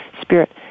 Spirit